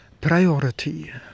Priority